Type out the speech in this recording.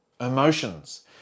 Emotions